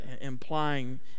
implying